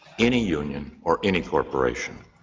any union or any corporation.